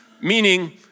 meaning